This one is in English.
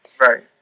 Right